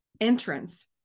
entrance